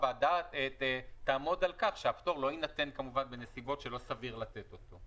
הוועדה תעמוד על כך שהפטור לא יינתן כמובן בנסיבות שלא סביר לתת אותם.